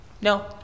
No